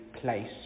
place